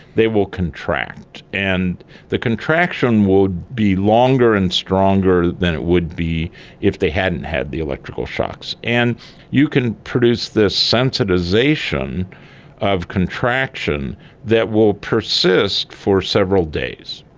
they will contract. and the contraction will be longer and stronger than it would be if they hadn't had the electrical shocks. and you can produce the sensitisation of contraction that will persist for several days.